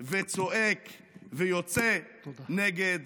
וצועק ויוצא נגד